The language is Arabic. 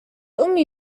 أمي